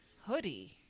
Hoodie